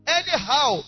anyhow